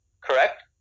correct